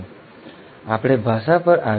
હવે આપણે ભાષા પર આવીએ